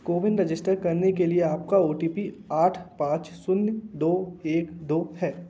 CoWIN register करने के लिए आपका ओ टी पी आठ पाँच शून्य दो एक दो है